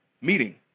meeting